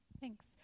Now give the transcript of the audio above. Thanks